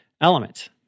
element